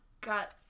got